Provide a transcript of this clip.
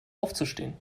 aufzustehen